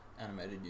animated